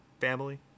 family